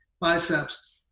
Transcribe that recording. biceps